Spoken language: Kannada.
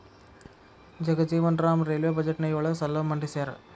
ಜಗಜೇವನ್ ರಾಮ್ ರೈಲ್ವೇ ಬಜೆಟ್ನ ಯೊಳ ಸಲ ಮಂಡಿಸ್ಯಾರ